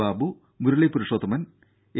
Babu Murali Purushothaman A